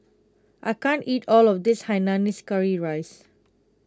I can't eat all of this Hainanese Curry Rice